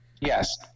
yes